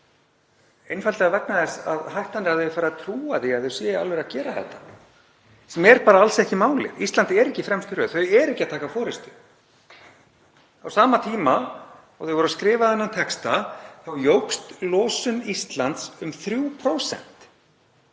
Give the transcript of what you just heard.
einfaldlega vegna þess að hættan er að þær fari að trúa því að þær séu í alvörunni að gera þetta, sem er bara alls ekki málið. Ísland er ekki í fremstu röð. Þau eru ekki að taka forystu. Á sama tíma og þau voru að skrifa þennan texta þá jókst losun Íslands um 3%.